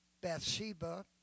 Bathsheba